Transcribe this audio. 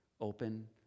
open